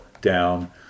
down